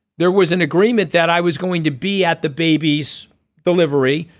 there was an agreement that i was going to be at the baby's delivery.